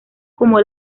como